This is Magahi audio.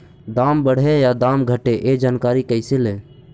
दाम बढ़े या दाम घटे ए जानकारी कैसे ले?